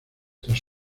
tras